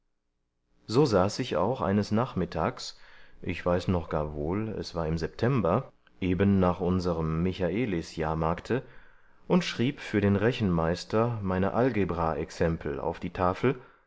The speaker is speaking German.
so saß ich auch eines nachmittags ich weiß noch gar wohl es war im september eben nach unserem michaelis jahrmarkte und schrieb für den rechenmeister meine algebra exempel auf die tafel